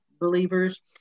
believers